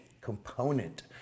component